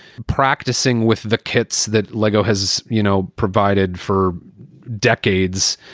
practicing with the kits that lego has, you know, provided for decades,